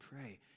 pray